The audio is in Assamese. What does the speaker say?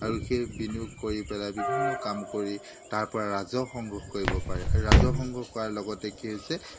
আৰু সেই বিনিয়োগ কৰি পেলাই বিভিন্ন কাম কৰি তাৰ পৰা ৰাজহ সংগ্ৰহ কৰিব পাৰে ৰাজহ সংগ্ৰহ কৰাৰ লগতে কি হৈছে